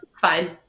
fine